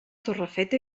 torrefeta